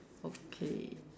okay